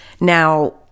Now